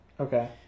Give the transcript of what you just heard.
Okay